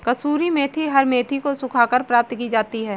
कसूरी मेथी हरी मेथी को सुखाकर प्राप्त की जाती है